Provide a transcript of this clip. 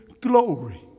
glory